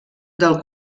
del